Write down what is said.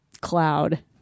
cloud